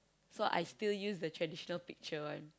so I still used the traditional picture one